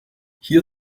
hier